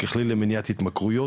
ככלי למניעת התמכרויות,